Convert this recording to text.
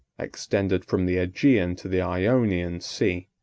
extended from the aegean to the ionian sea.